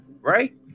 right